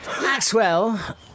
Maxwell